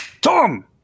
Tom